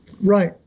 right